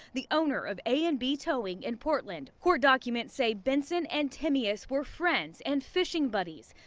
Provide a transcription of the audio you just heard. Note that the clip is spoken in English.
the owner of a and b towing in portland court documents say benson antennae us were friends and fishing buddies.